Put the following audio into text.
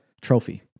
trophy